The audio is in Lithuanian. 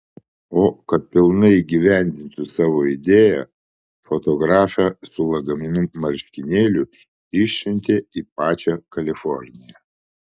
o kad pilnai įgyvendintų savo idėją fotografę su lagaminu marškinėlių išsiuntė į pačią kaliforniją